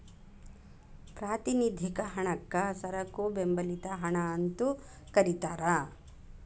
ಪ್ರಾತಿನಿಧಿಕ ಹಣಕ್ಕ ಸರಕು ಬೆಂಬಲಿತ ಹಣ ಅಂತೂ ಕರಿತಾರ